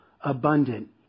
abundant